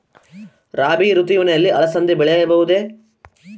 ರಾಭಿ ಋತುವಿನಲ್ಲಿ ಅಲಸಂದಿ ಬೆಳೆಯಬಹುದೆ?